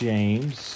James